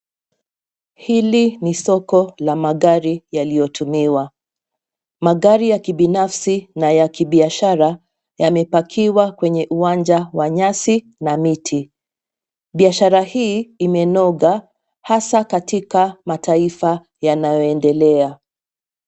Hili ni soko la magari yaliyotumiwa, magari ya kibinafsi na ya kibiashara yamepakiwa kwenye uwanja wa nyasi na miti. Biashara hii imenoga hasa katika mataifa yanayoendelea.